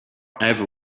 ever